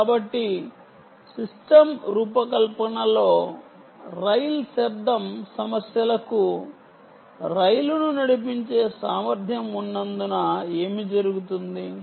కాబట్టి సిస్టమ్ రూపకల్పనలో రైల్ శబ్దం సమస్యలకు రైలును నడిపించే సామర్ధ్యం ఉన్నందున ఏమి జరుగుతుంది